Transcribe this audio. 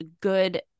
good